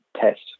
test